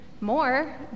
more